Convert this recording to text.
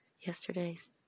Yesterday's